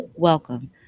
Welcome